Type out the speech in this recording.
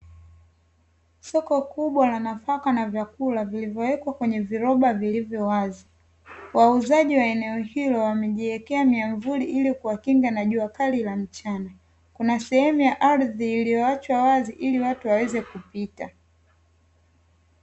Soko kubwa la nafaka na vyakula vilivyo wekwa kwenye viroba vilivyo wazi wauzaji wa eneo hilo wamejiwekea miamvuli ili kuwakinga na jua kali la mchana kuna sehemu ya ardhi iliyo achwa wazi ili watu waweze kupita.